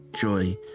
joy